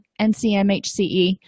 NCMHCE